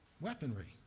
weaponry